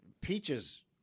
Peaches